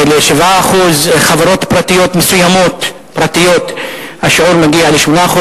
7%. בחברות פרטיות מסוימות השיעור מגיע ל-8%,